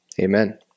Amen